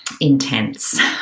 intense